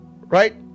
right